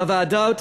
בוועדות,